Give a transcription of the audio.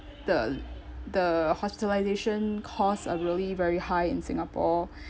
the the hospitalisation costs are really very high in singapore